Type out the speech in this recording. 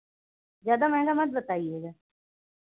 ज़्यादा महंगा मत बताइएगा